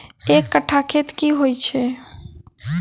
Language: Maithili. एक कट्ठा खेत की होइ छै?